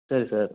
சரி சார்